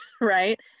right